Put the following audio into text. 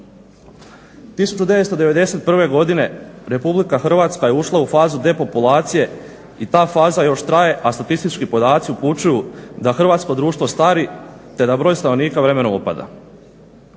1991. godine Republika Hrvatska je ušla u fazu depopulacije i ta faza još traje, a statistički podaci upućuju da hrvatsko društvo stari te da broj stanovnika vremenom opada.